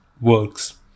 works